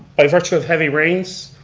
by virtue of heavy rains.